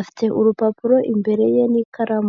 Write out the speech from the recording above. afite urupapuro imbere ye n'ikaramu.